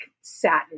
satin